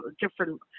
different